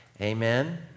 Amen